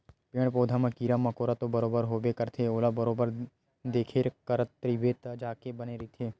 पेड़ पउधा म कीरा मकोरा तो बरोबर होबे करथे ओला बरोबर देखरेख करत रहिबे तब जाके बने रहिथे